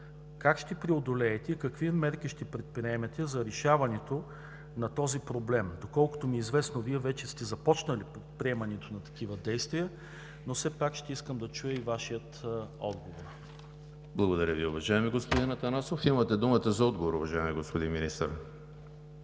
как ще преодолеете и какви мерки ще предприемете за решаването на този проблем? Доколкото ми е известно, Вие вече сте започнали предприемането на такива действия, но все пак ще искам да чуя и Вашия отговор. ПРЕДСЕДАТЕЛ ЕМИЛ ХРИСТОВ: Благодаря Ви, уважаеми господин Атанасов. Имате думата за отговор, уважаеми господин Министър.